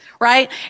right